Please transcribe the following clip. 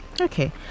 Okay